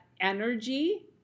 energy